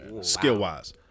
skill-wise